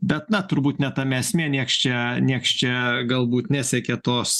bet na turbūt ne tame esmė nieks čia nieks čia galbūt nesiekia tos